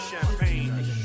champagne